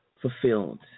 fulfilled